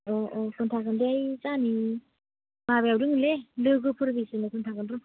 औ औ खोन्थागोन दे जाहानि माबायाव दंलै लोगोफोरनो खिनथागोन र'